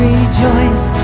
Rejoice